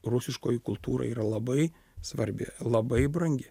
rusiškoji kultūra yra labai svarbi labai brangi